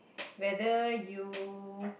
whether you